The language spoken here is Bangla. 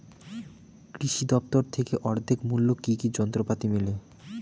কৃষি দফতর থেকে অর্ধেক মূল্য কি কি যন্ত্রপাতি মেলে?